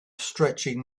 stretching